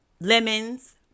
lemons